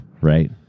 Right